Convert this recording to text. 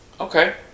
Okay